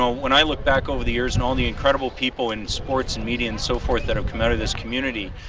ah when i look back over the years and all the incredible people and sports media and so forth that have come out of this community,